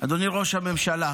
אדוני ראש הממשלה,